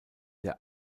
der